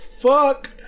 fuck